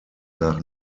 nach